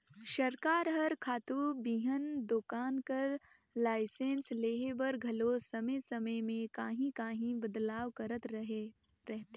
सरकार हर खातू बीहन दोकान कर लाइसेंस लेहे बर घलो समे समे में काहीं काहीं बदलाव करत रहथे